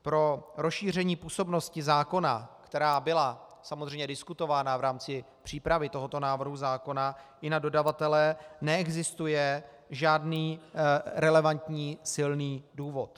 Pro rozšíření působnosti zákona, která byla samozřejmě diskutována v rámci přípravy tohoto návrhu zákona i na dodavatele, neexistuje žádný relevantní silný důvod.